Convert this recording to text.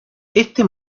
esto